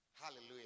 hallelujah